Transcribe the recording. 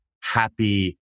happy